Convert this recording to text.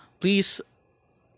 Please